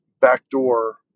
backdoor